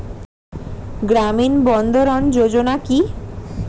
গ্রামীণ বন্ধরন যোজনা কি?